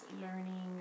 learning